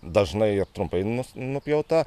dažnai trumpai nupjauta